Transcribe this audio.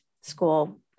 school